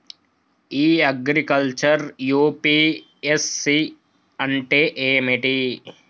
ఇ agriculture UPSC అంటే ఏమిటి?